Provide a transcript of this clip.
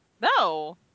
No